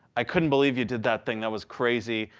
i couldn't believe you did that thing. that was crazy.